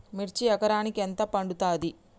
మిర్చి ఎకరానికి ఎంత పండుతది?